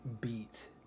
beat